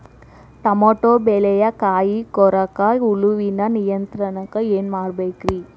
Tomato ಬೆಳೆಯ ಕಾಯಿ ಕೊರಕ ಹುಳುವಿನ ನಿಯಂತ್ರಣಕ್ಕ ಏನ್ ಮಾಡಬೇಕ್ರಿ?